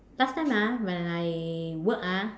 last time ah when I work ah